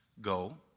Go